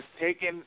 taken